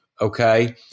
okay